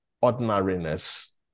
ordinariness